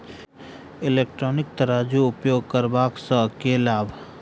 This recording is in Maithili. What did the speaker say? इलेक्ट्रॉनिक तराजू उपयोग करबा सऽ केँ लाभ?